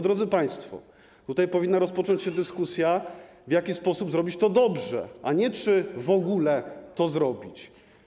Drodzy państwo, tutaj powinna rozpocząć się dyskusja, w jaki sposób zrobić to dobrze, a nie czy w ogóle to zrobić.